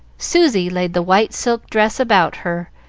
susy laid the white silk dress about her,